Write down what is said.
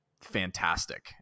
fantastic